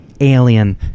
Alien